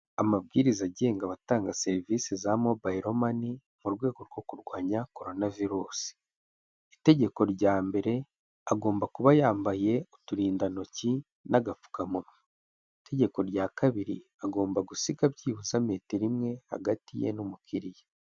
Amabwiriza agenga abatanga serivisi za mobayiro mani, mu rwego rwo kurwanya korona virusi, itegeko rya mbere agomba kuba yambaye uturindantoki n'agapfukamunwa, itegeko rya kabiri agomba gusiga byibuze metero imwe hagati ye n'umukiriya.